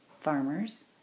farmers